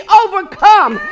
overcome